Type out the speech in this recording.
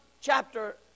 chapter